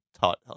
taught